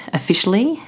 officially